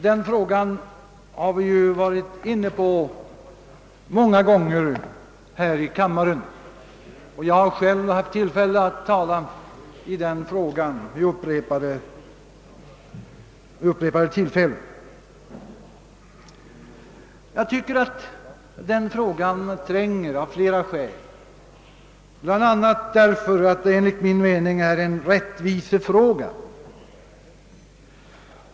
Den frågan har vi varit inne på många gånger här i kammaren, och jag har själv haft tillfälle att tala om den vid upprepade tillfällen. Jag tycker att den frågan tränger av flera skäl bland annat därför att den enligt vår mening även är en rättvisefråga.